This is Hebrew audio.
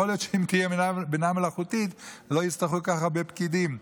יכול להיות שאם תהיה בינה מלאכותית לא יצטרכו כל כך הרבה פקידים.